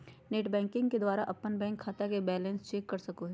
net banking के द्वारा अपन बैंक खाता के बैलेंस चेक कर सको हो